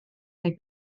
neu